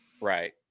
right